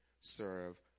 serve